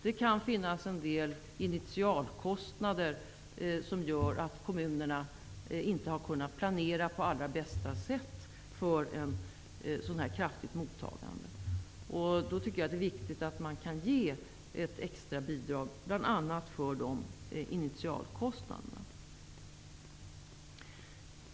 Det kan finnas en del initialkostnader som gör att kommunerna inte har kunnat planera på allra bästa sätt för ett så stort mottagande. Jag tycker att det är viktigt att man kan ge ett extra bidrag bl.a. för dessa initialkostnader.